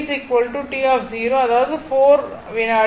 t t அதாவது 4 வினாடி ஆகும்